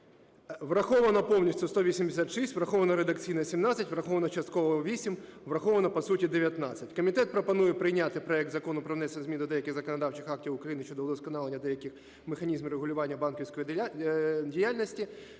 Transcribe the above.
враховано повністю – 186, враховано редакційно - 17, враховано частково - 8, враховано по суті – 19. Комітет пропонує прийняти проект Закону про внесення змін до деяких законодавчих актів України щодо удосконалення деяких механізмів регулювання банківської діяльності